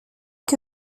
que